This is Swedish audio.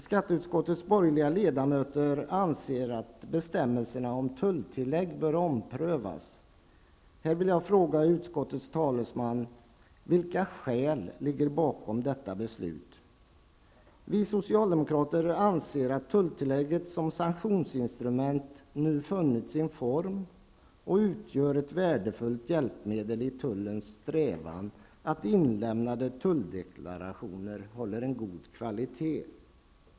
Skatteutskottets borgerliga ledamöter anser att bestämmelserna om tulltillägg bör omprövas. Här vill jag fråga utskottets talesman: Vilka skäl ligger bakom detta? Vi socialdemokrater anser att tulltillägget som sanktionsinstrument nu funnit sin form och utgör ett värdefullt hjälpmedel i tullens strävan att inlämnade tulldeklarationer skall hålla en god kvalitet.